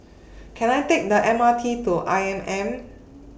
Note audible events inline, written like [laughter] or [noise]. [noise] Can I Take The M R T to I M M